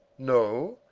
no,